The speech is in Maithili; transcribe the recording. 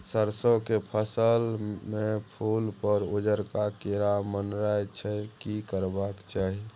सरसो के फसल में फूल पर उजरका कीरा मंडराय छै की करबाक चाही?